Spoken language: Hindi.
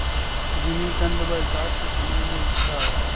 जिमीकंद बरसात के समय में उगता है